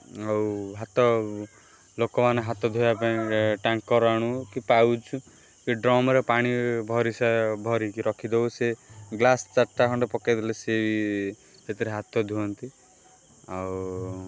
ଆଉ ହାତ ଲୋକମାନେ ହାତ ଧୋଇବା ପାଇଁକା ଟ୍ୟାଙ୍କର୍ ଆଣୁ କି ପାଉଚ୍ କି ଡ୍ରମ୍ ରେ ପାଣି ଭରି ସା ଭରିକି ରଖିଦଉ ସେ ଗ୍ଲାସ୍ ଚାରିଟା ଖଣ୍ଡେ ପକେଇଦେଲେ ସିଏ ସେଥିରେ ହାତ ଧୁଅନ୍ତି ଆଉ